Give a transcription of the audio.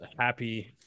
happy